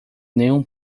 nenhum